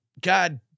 God